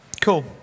Cool